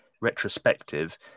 Retrospective